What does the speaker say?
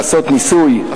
לעשות ניסוי,